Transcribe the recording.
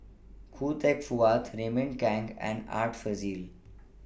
Khoo Teck Puat Raymond Kang and Art Fazil